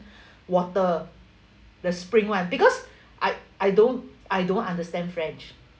water the spring [one] because I I don't I don't understand french